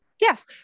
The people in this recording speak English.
Yes